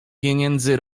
pieniędzy